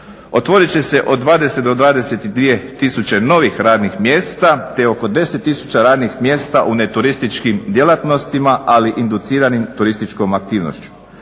Otvorit će se od 20 do 22 tisuće novih radnih mjesta te oko 10 tisuća radnih mjesta u neturističkim djelatnostima ali induciranim turističkom aktivnošću,